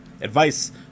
advice